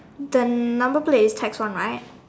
the number plate is tax one right